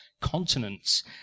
continents